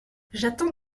j’attends